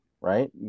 right